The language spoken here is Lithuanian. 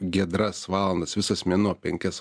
giedras valandas visas mėnuo penkias